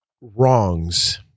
wrongs